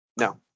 No